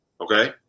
Okay